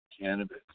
cannabis